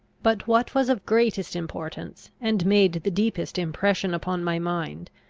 but what was of greatest importance, and made the deepest impression upon my mind,